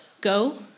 Go